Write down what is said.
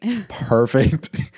perfect